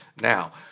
now